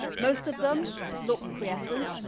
most of them look crescent,